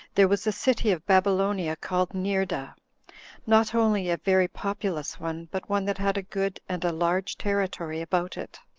there was a city of babylonia called neerda not only a very populous one, but one that had a good and a large territory about it,